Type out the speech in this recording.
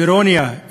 אירוניה.